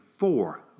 Four